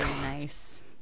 nice